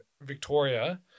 Victoria